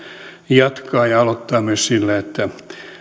jatkaa ja aloittaa myös sillä että